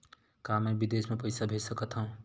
का मैं विदेश म पईसा भेज सकत हव?